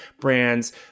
brands